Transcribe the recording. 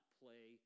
play